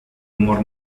humor